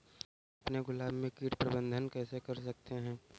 हम अपने गुलाब में कीट प्रबंधन कैसे कर सकते है?